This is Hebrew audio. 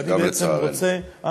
גם לצערנו.